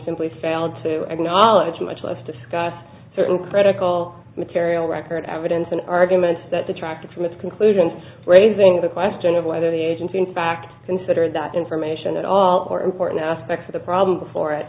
simply failed to acknowledge much less discuss certain critical material record evidence and arguments that detract from its conclusions raising the question of whether the agency in fact considered that information at all or important aspects of the problem before it